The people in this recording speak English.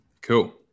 Cool